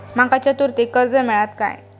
माका चतुर्थीक कर्ज मेळात काय?